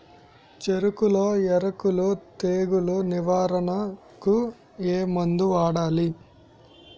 చెఱకులో ఎర్రకుళ్ళు తెగులు నివారణకు ఏ మందు వాడాలి?